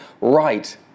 right